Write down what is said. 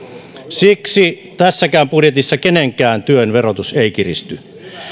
siksi tässäkään budjetissa kenenkään työn verotus ei kiristy